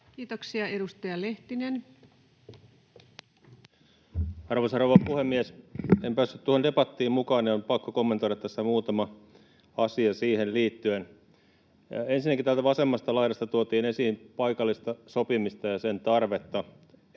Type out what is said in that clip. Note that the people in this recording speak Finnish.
Kiitoksia. — Edustaja Lehtinen. Arvoisa rouva puhemies! En päässyt tuohon debattiin mukaan, niin että on pakko kommentoida tässä muutama asia siihen liittyen. Ensinnäkin täällä vasemmasta laidasta tuotiin esiin paikallista sopimista ja sen tarvetta,